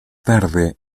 tarde